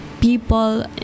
people